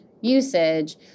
usage